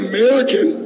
American